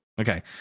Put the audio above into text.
Okay